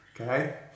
Okay